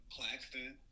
Claxton